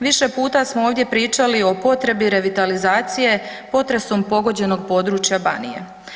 Više puta smo ovdje pričali o potrebi revitalizacije potresom pogođenog područja Banije.